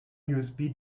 usb